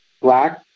black